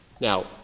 Now